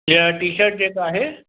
हीअ टीशर्ट जेका आहे